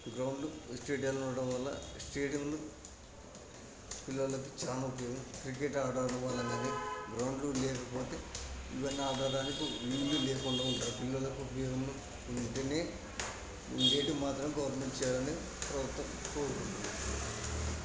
గ్రౌండ్లు స్టేడియాలు ఉండడం వల్ల స్టేడియంలు పిల్లలకు చాలా ఉపయోగం క్రికెట్టు ఆడాలని అందరిని గ్రౌండ్లు లేకపోతే ఇవన్నీ ఆడటానికి వీలు లేకుండా ఉన్న పిల్లలకి ఉపయోగము ఉంటేనే ఉండేటివి మాత్రం గవర్నమెంట్ చేయాలని ప్రభుత్వాన్ని కోరుకుంటున్నాం